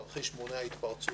תרחיש מונע התפרצות.